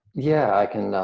yeah, i can.